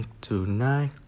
Tonight